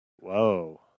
Whoa